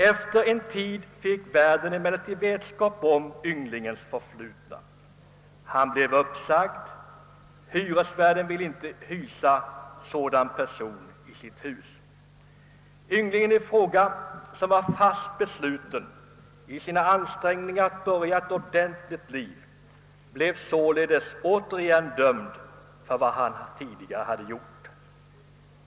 Efter en tid fick hyresvärden emellertid vetskap om ynglingens förflutna och denne blev uppsagd; hyresvärden ville inte hysa en sådan person i sitt hus. Ynglingen i fråga, som var fast besluten i sina ansträngningar att börja ett ordentligt liv, blev således återigen dömd för vad han tidigare gjort.